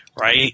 right